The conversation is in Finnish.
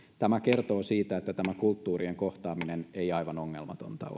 tämä kertoo siitä että tämä kulttuurien kohtaaminen ei aivan ongelmatonta